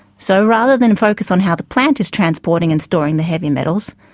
so rather than focus on how the plant is transporting and storing the heavy metals,